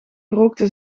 gerookte